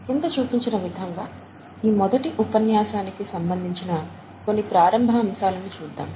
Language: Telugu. క్రింద చూపించిన విధంగా ఈ మొదటి ఉపన్యాసానికి సంబంధించిన కొన్ని ప్రారంభ అంశాలను చూద్దాం